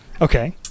Okay